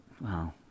Wow